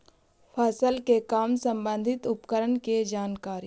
फसल के काम संबंधित उपकरण के जानकारी?